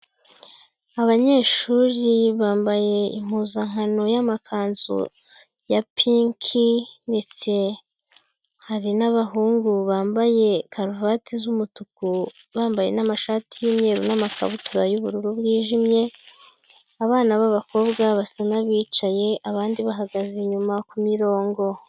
Abanyeshuri bambaye impuzankano y'amakanzu ya pinki ndetse hari n'abahungu bambaye karuvati z'umutuku bambaye n'amashati y'umweru n'amakabutura y'ubururu bwijimye, abana b'abakobwa basa nabicaye abandi bahagaze inyuma ku mirongo.